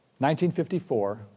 1954